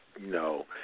No